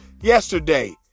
yesterday